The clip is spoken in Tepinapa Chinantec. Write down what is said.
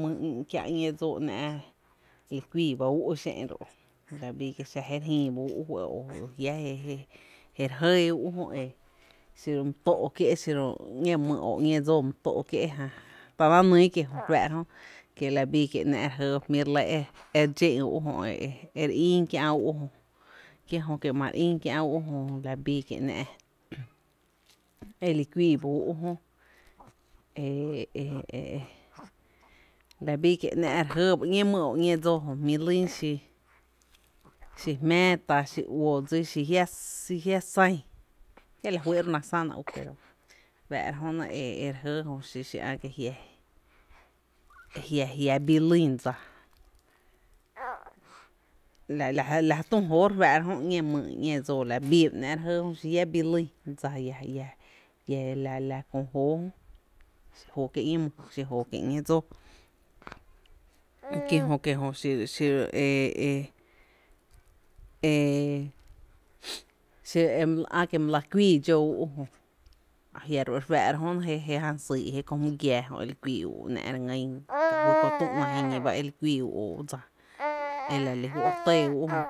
my kiä’ ñee dsoo ‘ná’ li kuii ba úú’ xé’n ru’ la bii bii kie’ xa jé re jïï ba úú’ fɇ’ jiá’ jé jé re jɇɇ úú’ jö xiro my tó’ kié’ xiro ñe dsoo o ñéé my my tó’ kié’ ta na nyy kie’ jö re fⱥⱥ’ ra jö kie’ la bii kie’ ná’ re jɇɇ ba e jmí’ e re dxee’n úú’ o ere ín kiä’ úú’ jö kie’ jö kie’ mare ín kiä’ úpu’jö la bii kie’ ‘ná’ e li kuii ba úú’ jö e e e e la bii kie’ ‘ná’ re jɇɇ ba ‘ñee my o ‘ñee dsoo jö jmý’ lýn xi xi jmⱥⱥ tá, xi uó dsi xi jia’ san, kie’ la fýý’ ro ná säna au pero re fⱥⱥ’ ro ra e re jɇɇ jö xi ä’ kie’ jia jia bin lýn dsa la la jy tü jóoó kie’ ñe my i ñée dsóo la bii ‘ná’ re jɇɇ jö xi jia’ bi lyn dsa iä la kö jóoó jö xi jóoó kié’ ñee my xi jóoó kie’ ñee dsóó kie’ jjö xi xi e e e xiro ä’ kie’ my la kuii dxó úú’ jö a jia’ ro re fⱥⱥ’ra jö e jé jan syy’ o kö jmý giⱥⱥ e li kuii úú’, ‘ná’ re ngýn ka fý kö tü jiñi ba li kuii úú’ dsa e la re lí fó’ e re tɇɇ ú’ jö.